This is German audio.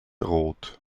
rot